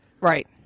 Right